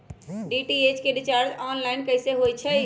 DTH के recharge online कैसे होईछई?